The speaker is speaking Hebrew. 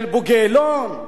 של בוגי יעלון.